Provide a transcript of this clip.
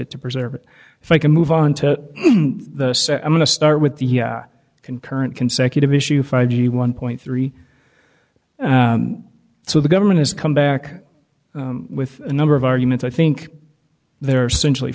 it to preserve it if i can move on to the so i'm going to start with the concurrent consecutive issue friday one point three so the government has come back with a number of arguments i think there are simply